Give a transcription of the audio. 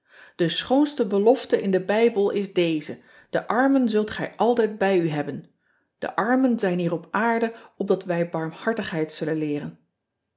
e schoonste belofte in den ijbel is deze e armen zult gij altijd bij u hebben e armen zijn hier op aarde opdat wij barmhartigheid zullen leeren